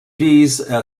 visent